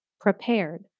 prepared